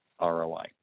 ROI